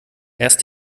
erst